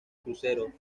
cruceros